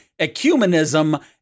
ecumenism